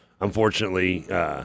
unfortunately